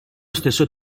stesso